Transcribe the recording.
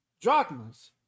drachmas